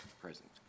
present